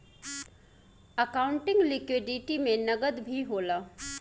accounting liquidity में नकद भी होला